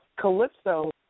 Calypso